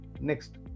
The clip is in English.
Next